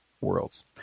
worlds